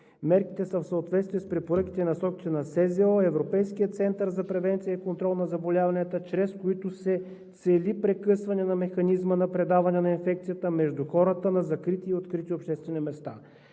Мерките са в съответствие с препоръките и насоките на СЗО и Европейския център за превенция и контрол на заболяванията, чрез които се цели прекъсване на механизма на предаване на инфекцията между хората на закрити и открити обществени места.